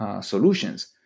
solutions